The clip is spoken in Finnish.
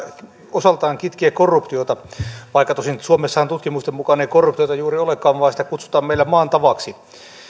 osaltaan kitkee korruptiota vaikka tosin suomessahan tutkimusten mukaan ei korruptiota juuri olekaan vaan sitä kutsutaan meillä maan tavaksi